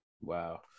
Wow